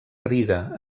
riga